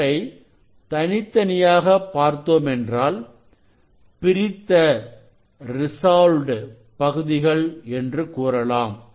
அவற்றை தனித்தனியாக பார்த்தோமென்றால் பிரித்த பகுதிகள் என்று கூறலாம்